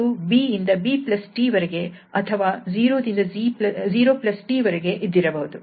ಅದು 𝑏 ಇಂದ 𝑏 𝑇 ವರೆಗೆ ಅಥವಾ 0 ದಿಂದ 0 𝑇 ವರೆಗೆ ಇದ್ದಿರಬಹುದು